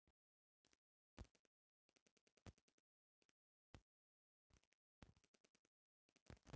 future exchange में प्रत्यकछ चाहे इलेक्ट्रॉनिक व्यापार खातिर मंच उपलब्ध रहेला